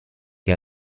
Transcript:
che